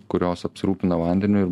kurios apsirūpina vandeniu ir